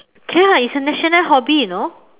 okay lah it's a national hobby you know